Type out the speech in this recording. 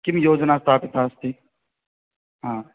किं योजना स्थापिता अस्ति